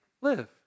Live